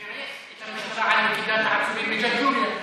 בירך את המשטרה על לכידת העצורים בג'לג'וליה.